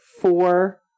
four